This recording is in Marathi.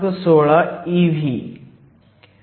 16 eV